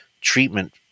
treatment